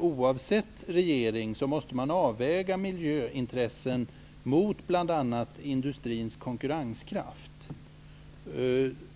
Oavsett vilken regering vi har måste man avväga miljöintressena mot bl.a. industrins konkurrenskraft.